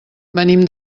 venim